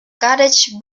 cottage